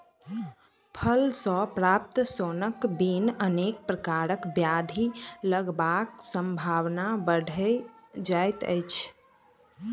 फल सॅ प्राप्त सोनक बिन अनेक प्रकारक ब्याधि लगबाक संभावना बढ़ि जाइत अछि